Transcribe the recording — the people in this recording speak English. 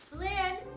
blynn?